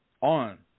on